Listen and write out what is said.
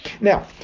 Now